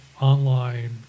online